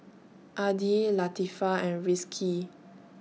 Adi Latifa and Rizqi